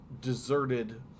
deserted